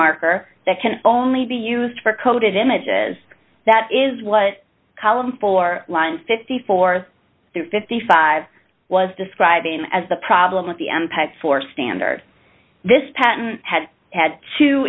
marker that can only be used for coated images that is what column for lines fifty four to fifty five was describing as the problem with the mpeg four standard this patent had had